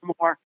more